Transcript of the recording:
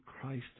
Christ